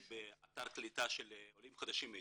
באתר קליטה של עולים חדשים מאתיופיה,